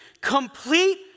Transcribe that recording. Complete